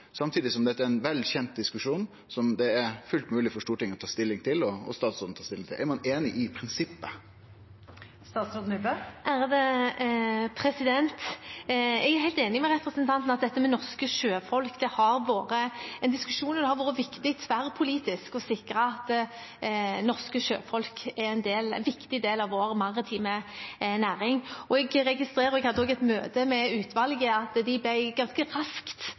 samtidig som dette er ein vel kjend diskusjon som det er fullt mogleg for Stortinget og statsråden å ta stilling til. Er ein einig i prinsippet? Jeg er helt enig med representanten Knag Fylkesnes i at dette med norske sjøfolk har vært en diskusjon, og det har vært viktig tverrpolitisk å sikre at norske sjøfolk er en viktig del av vår maritime næring. Jeg registrerte da jeg hadde et møte med utvalget, at de ble ganske raskt